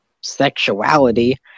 sexuality